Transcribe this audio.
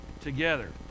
together